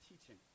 teaching